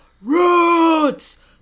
Roots